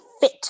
fit